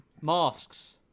Masks